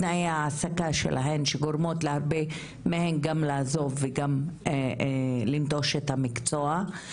תנאי ההעסקה שלהם שגורמים להבה מהן לעזוב ולעתים גם לנטוש את המקצוע.